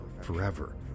forever